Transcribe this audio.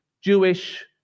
Jewish